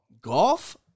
Golf